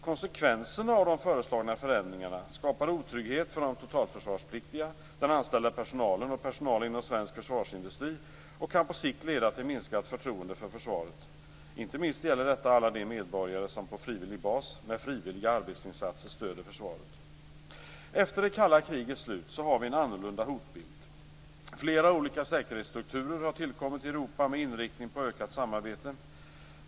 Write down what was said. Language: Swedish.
Konsekvenserna av de föreslagna förändringarna skapar otrygghet för de totalförsvarspliktiga, den anställda personalen och personal inom svensk försvarsindustri och kan på sikt leda till minskat förtroende för försvaret. Inte minst gäller detta alla de medborgare som på frivillig bas, med frivilliga arbetsinsatser, stöder försvaret. Efter det kalla krigets slut har vi en annorlunda hotbild. Flera olika säkerhetsstrukturer har tillkommit i Europa med inriktning på ökat samarbete.